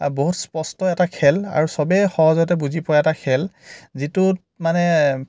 বহুত স্পষ্ট এটা খেল আৰু চবেই সহজতে বুজি পোৱা এটা খেল যিটোত মানে